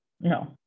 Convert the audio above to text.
no